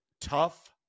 tough